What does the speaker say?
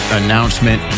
announcement